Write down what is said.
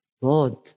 Lord